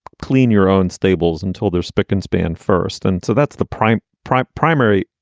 clean your own stables until they're spick and span first and so that's the prime, prime primary.